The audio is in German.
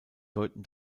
deuten